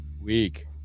week